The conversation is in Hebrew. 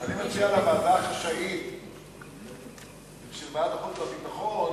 אני מציע לוועדה החשאית של ועדת החוץ והביטחון,